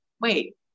wait